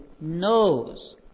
knows